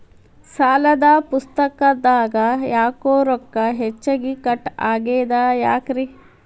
ಸಾಲದ ಪುಸ್ತಕದಾಗ ಯಾಕೊ ರೊಕ್ಕ ಹೆಚ್ಚಿಗಿ ಕಟ್ ಆಗೆದ ಯಾಕ್ರಿ?